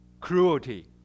Cruelty